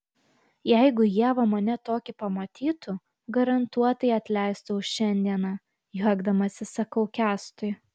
jeigu ieva mane tokį pamatytų garantuotai atleistų už šiandieną juokdamasis sakau kęstui